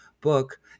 book